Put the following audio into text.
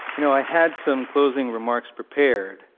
you know, i had some closing remarks prepared,